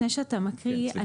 לפני שאתה מקריא,